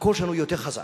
הקול שלנו יותר חזק.